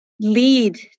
lead